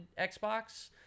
xbox